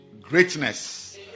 greatness